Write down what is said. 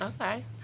okay